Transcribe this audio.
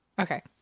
Okay